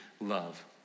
love